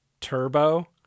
Turbo